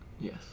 Yes